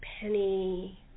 Penny